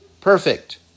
perfect